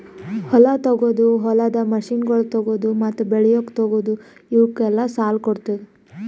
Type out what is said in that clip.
ಹೊಲ ತೊಗೋದು, ಹೊಲದ ಮಷೀನಗೊಳ್ ತೊಗೋದು, ಮತ್ತ ಬೆಳಿಗೊಳ್ ತೊಗೋದು, ಇವುಕ್ ಎಲ್ಲಾ ಸಾಲ ಕೊಡ್ತುದ್